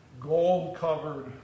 gold-covered